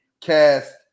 cast